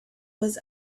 was